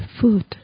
food